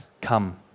come